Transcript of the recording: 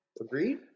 Agreed